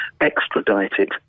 extradited